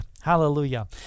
Hallelujah